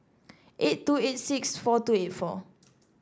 eight two eight six four two eight four